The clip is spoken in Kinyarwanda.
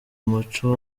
umuco